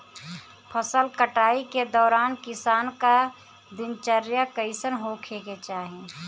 फसल कटाई के दौरान किसान क दिनचर्या कईसन होखे के चाही?